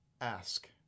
ask